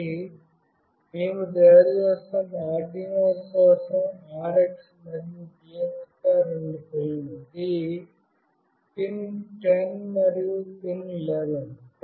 కాబట్టి మేము తయారుచేసాము ఆర్డునో కోసం RX మరియు TX గా రెండు పిన్లను ఇది పిన్ 10 మరియు పిన్ 11